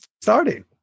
starting